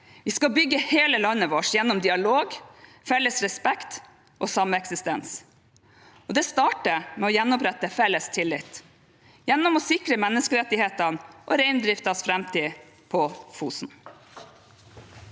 Vi skal bygge hele landet vårt gjennom dialog, felles respekt og sameksistens. Det starter med å gjenopprette felles tillit gjennom å sikre menneskerettighetene og reindriftens framtid på Fosen.